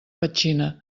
petxina